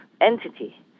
entity